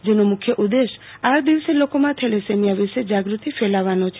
જેનો મુખ્ય ઉદેશ આ દિવસે લોકોમાં થેલેસેમીયા વિશે જાગૃતિ ફેલાવવાનો છે